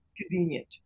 convenient